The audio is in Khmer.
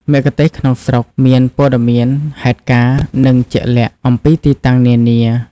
មគ្គុទ្ទេសក៍ក្នុងស្រុកមាន ព័ត៌មានទាន់ហេតុការណ៍ និងជាក់លាក់ អំពីទីតាំងនានា។